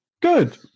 Good